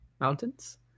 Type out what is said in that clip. Mountains